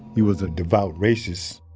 he was a devout racist